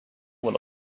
will